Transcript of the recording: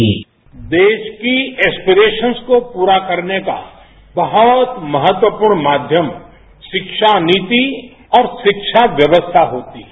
sound bite देश की aspirations को पूरा करने का बहुत महत्वपूर्ण माध्यम शिक्षा नीति और शिक्षा व्यवस्था होती है